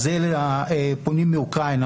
הפונים מאוקראינה,